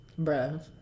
bruh